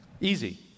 Easy